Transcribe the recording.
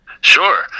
sure